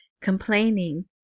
complaining